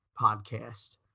podcast